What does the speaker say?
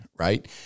right